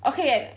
okay